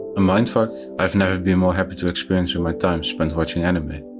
a mindfuck i've never been more happy to experience in my time spent watching anime.